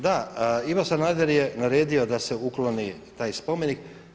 Da, Ivo Sanader je naredio da se ukloni taj spomenik.